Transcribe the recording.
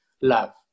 love